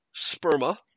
sperma